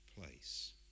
place